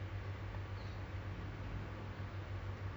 ya but my area my west like we have to